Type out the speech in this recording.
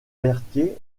berthier